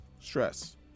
stress